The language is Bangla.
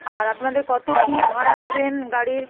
আর আপনাদের কত কি ভাড়া নেবেন গাড়ির